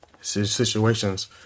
situations